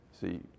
See